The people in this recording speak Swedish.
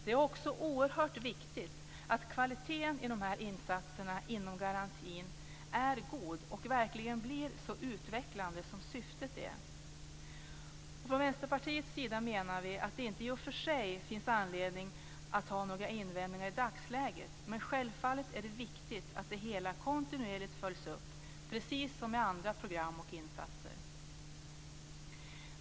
Det är också oerhört viktigt att kvaliteten i de här insatserna inom garantin är god och att det verkligen blir så utvecklande som syftet är. Vi i Vänsterpartiet menar att det i och för sig inte finns anledning att i dagsläget ha invändningar men självfallet är det viktigt att det hela kontinuerligt följs upp, precis som när det gäller andra program och insatser.